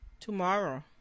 Tomorrow